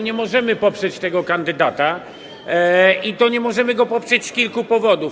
Nie możemy poprzeć tego kandydata, i to nie możemy go poprzeć z kilku powodów.